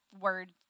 Word